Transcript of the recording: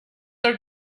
are